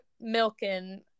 milking